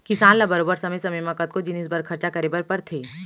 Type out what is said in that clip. किसान ल बरोबर समे समे म कतको जिनिस बर खरचा करे बर परथे